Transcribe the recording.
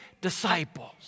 disciples